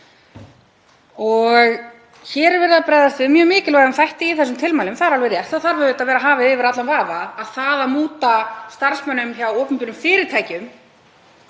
Hér er verið að bregðast við mjög mikilvægum þætti í þessum tilmælum, það er alveg rétt, það þarf auðvitað að vera hafið yfir allan vafa að það að múta starfsmönnum hjá opinberum fyrirtækjum